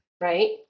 right